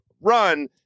run